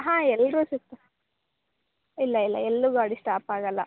ಹಾಂ ಎಲ್ಲರು ಇಲ್ಲ ಇಲ್ಲ ಎಲ್ಲೂ ಗಾಡಿ ಸ್ಟಾಪ್ ಆಗೋಲ್ಲ